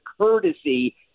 courtesy